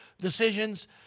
decisions